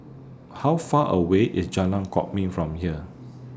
How Far away IS Jalan Kwok Min from here